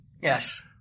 Yes